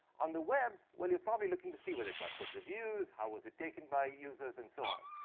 on the web, well you're probably looking to see whether it got good reviews, how was it taken by users, and so on.